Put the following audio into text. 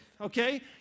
okay